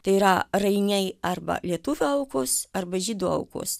tai yra rainiai arba lietuvių aukos arba žydų aukos